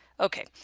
okay,